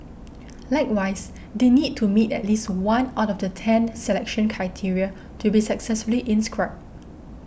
likewise they need to meet at least one out of the ten selection criteria to be successfully inscribed